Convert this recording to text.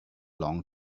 long